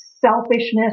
selfishness